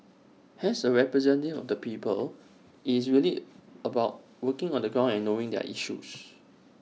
as A representative of the people IT is really about working on the ground and knowing their issues